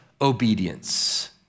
obedience